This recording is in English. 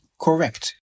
correct